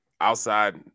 outside –